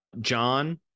John